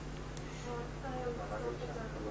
הם רואים כרגע שהוועדה הסתיימה, זה מה